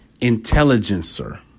Intelligencer